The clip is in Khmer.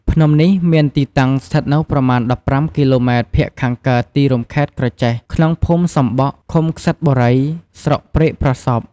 ភ្នំនេះមានទីតាំងស្ថិតនៅប្រមាណ ១៥ គីឡូម៉ែត្រភាគខាងកើតទីរួមខេត្តក្រចេះ ក្នុងភូមិសំបក់ ឃុំក្សិត្របុរី ស្រុកព្រែកប្រសព្វ ។